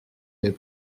n’est